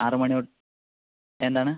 ആറു മണി എന്താണ്